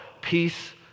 peace